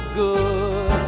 good